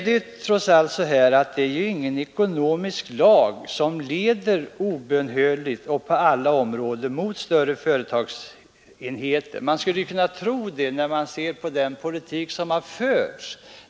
Det finns inte någon ekonomisk lag som obönhörligt och på alla områden leder mot större företagsenheter. Man skulle kunna tro det när man ser på den politik som förts.